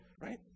right